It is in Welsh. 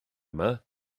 yma